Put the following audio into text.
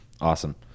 Awesome